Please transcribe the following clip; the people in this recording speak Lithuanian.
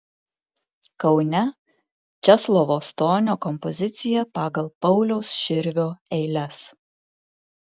kaune česlovo stonio kompozicija pagal pauliaus širvio eiles